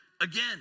again